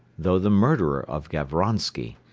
though the murderer of gavronsky,